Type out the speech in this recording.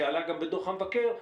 שעלה גם בדוח המבקר,